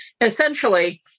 essentially